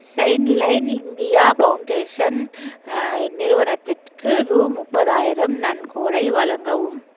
Childline India Foundation நிறுவனத்திற்கு ரூபா முப்பதாயிரம் நன்கொடை வழங்கவும்